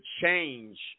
change